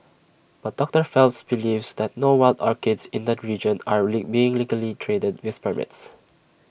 but doctor Phelps believes that no wild orchids in the region are being legally traded with permits